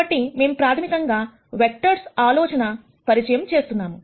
కాబట్టి మేము ప్రాథమికంగా వెక్టర్స్ ఆలోచన పరిచయం చేస్తున్నాము